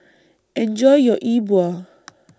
Enjoy your E Bua